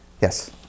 Yes